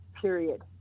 Period